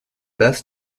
best